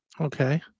Okay